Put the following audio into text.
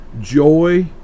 joy